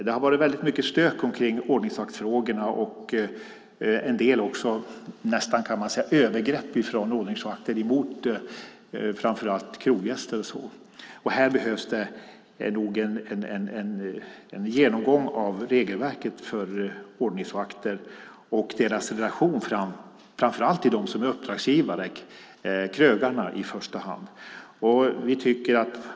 Det har varit väldigt mycket stök i fråga om ordningsvakterna och nästan, kan man säga, en del övergrepp från ordningsvakter framför allt riktade mot kroggäster. Det behövs nog en genomgång av regelverket för ordningsvakter och för deras relation framför allt till dem som är deras uppdragsgivare, i första hand krögarna.